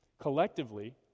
Collectively